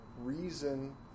reason